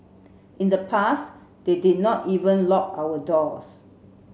in the past we did not even lock our doors